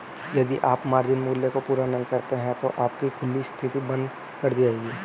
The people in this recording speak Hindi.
यदि आप मार्जिन मूल्य को पूरा नहीं करते हैं तो आपकी खुली स्थिति बंद कर दी जाएगी